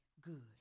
good